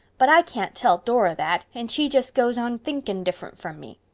but i can't tell dora that, and she just goes on thinking diffrunt from me.